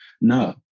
No